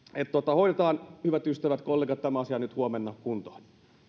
hoidetaan hyvät ystävät kollegat tämä asia nyt huomenna kuntoon